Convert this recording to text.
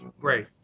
great